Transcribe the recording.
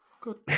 good